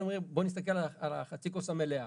אנחנו אומרים בואו נסתכל על חצי הכוס המלאה.